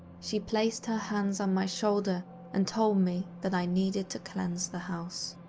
she placed her hands on my shoulder and told me that i needed to cleanse the house.